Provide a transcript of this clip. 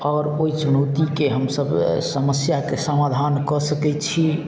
आओर ओइ चुनौतीके हमसब समस्याके समाधान कऽ सकय छी